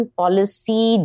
policy